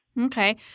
Okay